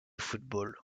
football